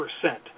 percent